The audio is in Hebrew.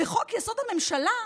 בחוק-יסוד: הממשלה,